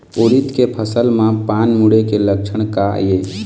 उरीद के फसल म पान मुड़े के लक्षण का ये?